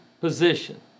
position